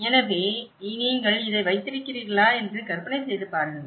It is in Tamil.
எனவே நீங்கள் இதை வைத்திருக்கிறீர்களா என்று கற்பனை செய்து பாருங்கள்